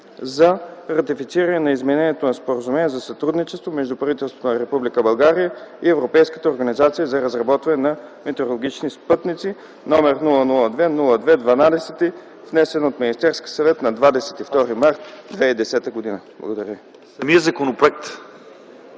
за ратифициране на Изменение на Споразумението за сътрудничество между правителството на Република България и Европейската организация за разработване на метеорологични спътници, № 002-02-12, внесен от Министерския съвет на 22 март 2010 г.”. Благодаря.